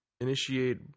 initiate